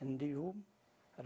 and i